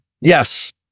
Yes